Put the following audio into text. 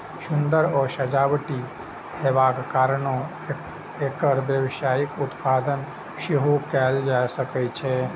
सुंदर आ सजावटी हेबाक कारणें एकर व्यावसायिक उत्पादन सेहो कैल जा सकै छै